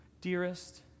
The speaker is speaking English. Dearest